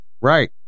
Right